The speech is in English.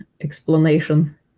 explanation